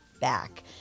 back